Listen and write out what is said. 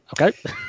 Okay